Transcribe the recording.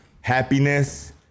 Happiness